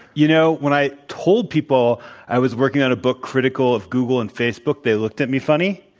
you know, when i told people i was working on a book critical of google and facebook, they looked at me funny.